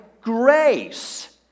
grace